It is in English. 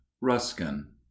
Ruskin